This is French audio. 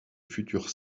futur